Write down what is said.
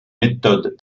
méthode